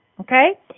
okay